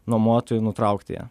nuomotojui nutraukti ją